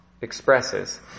expresses